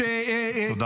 תודה רבה.